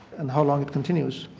and how long it continues.